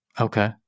Okay